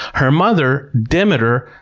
her mother, demeter,